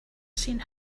seen